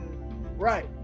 Right